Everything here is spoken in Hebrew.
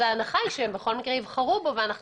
ההנחה היא שהן בכל מקרה יבחרו בו ואנחנו